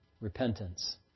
repentance